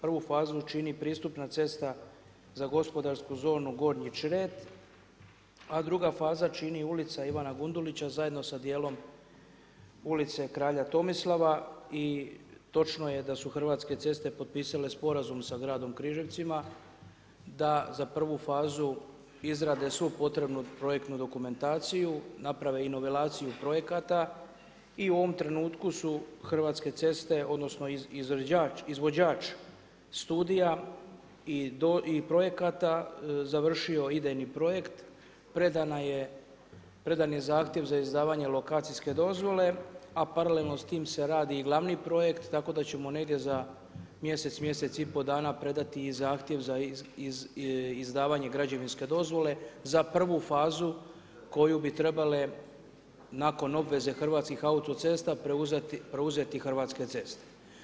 Prvu fazu čini pristupna cesta za gospodarsku zonu Gornji Čret a druga faza čini ju Ulica Ivana Gundulića zajedno sa dijelom Ulice kralja Tomislava i točno je da su Hrvatske ceste potpisale sporazum sa gradom Križevcima, da za prvu fazu izrade svu potrebnu projektnu dokumentaciju, naprave i novelaciju projekata i u ovom trenutku su Hrvatske ceste odnosno izvođač studija i projekata završio idejni projekt, predan je zahtjev za izdavanje lokacijske dozvole, a paralelno s tim se radi i glavni projekt tako da ćemo negdje za mjesec, mjesec i pol dana predati i zahtjev za izdavanje građevinske dozvole za prvu fazu koju bi trebale nakon obveze Hrvatskih autoceste, preuzeti Hrvatske ceste.